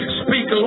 speak